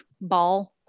ball